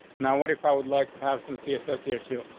now, what if i would like to have some css here too?